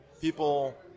people